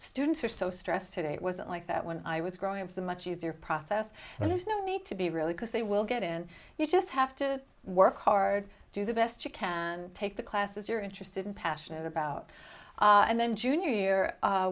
students are so stressed today it wasn't like that when i was growing up so much easier process and there's no need to be really because they will get in you just have to work hard do the best you can take the classes you're interested in passionate about and then junior year